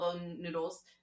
noodles